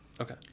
Okay